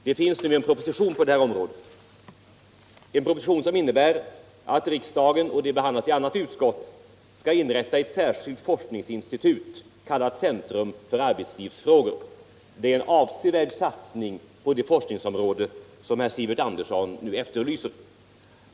Det föreligger nu en proposition på detta område som behandlas i annat utskott. I den föreslås att riksdagen skall inrätta ett särskilt forskningsinstitut kallat Centrum för arbetslivsfrågor. Det är en avsevärd satsning på detta forskningsområde av det slag som herr Sivert Andersson nu efterlyser.